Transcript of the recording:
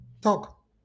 Talk